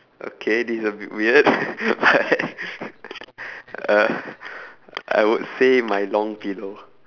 okay this is a bit weird but I uh I would say my long pillow